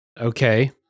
Okay